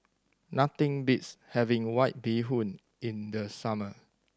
nothing beats having White Bee Hoon in the summer